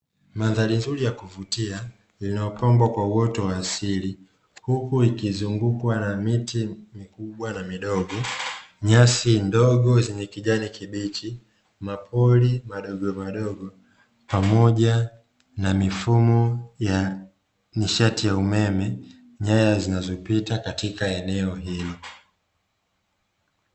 Mandhari nzuri ya kuvutia linalopambwa kwa uoto wa asili. Huku ikizungukwa na miti mikubwa na midogo, nyasi ndogo zenye kijani kibichi, mapori madogo madogo, pamoja na mifumo ya nishati ya umeme nyaya zinazopita katika eneo hilo.